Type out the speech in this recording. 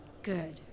Good